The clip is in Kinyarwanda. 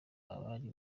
abari